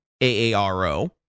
AARO